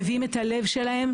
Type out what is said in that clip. מביאים את הלב שלהם.